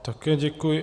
Také děkuji.